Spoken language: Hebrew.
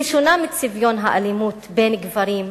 הצביון שלה שונה מצביון האלימות בין גברים,